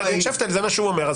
זה מה שאומר עורך הדין שפטל,